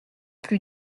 plus